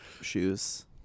shoes